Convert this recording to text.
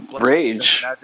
Rage